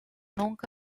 nunca